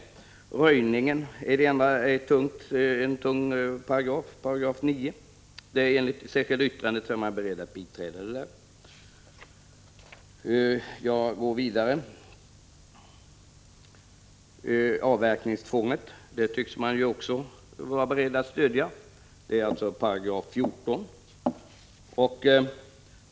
9 §, som handlar om gallring och röjning. Det är en tung paragraf. Enligt det särskilda yttrandet är centern beredd biträda den lagtexten. Avverkningstvånget tycks man också från centerns sida vara beredd att stödja. Det är 14 § i skogsvårdslagen.